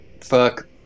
Fuck